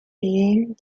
being